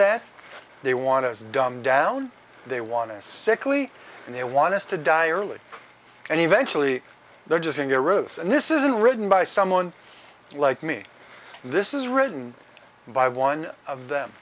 that they want to dumb down they want a sickly and they want us to die early and eventually they're just in their rows and this isn't written by someone like me this is written by one of them